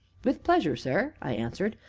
with pleasure, sir! i answered,